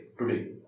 today